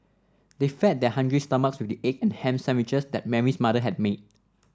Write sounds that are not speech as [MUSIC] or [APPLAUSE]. [NOISE] they fed their hungry stomachs with the egg and ham sandwiches that Mary's mother had made